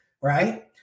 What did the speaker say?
right